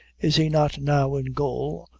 is he not now in gaol,